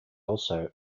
also